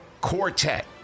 quartet